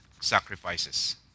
sacrifices